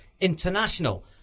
International